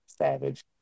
savage